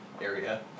area